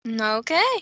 Okay